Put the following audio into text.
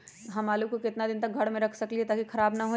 हम आलु को कितना दिन तक घर मे रख सकली ह ताकि खराब न होई?